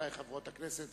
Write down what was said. וגבירותי חברי וחברות הכנסת,